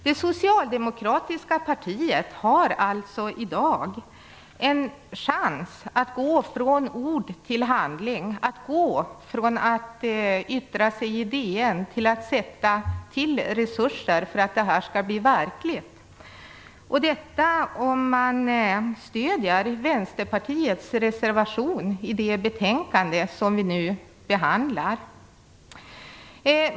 Det socialdemokratiska partiet har alltså i dag en chans att gå från ord till handling, att gå från att yttra sig i DN till att sätta till resurser för att det här skall bli verkligt. Det kan bli verkligt om man stöder Vänsterpartiets reservation till det betänkande som vi nu behandlar.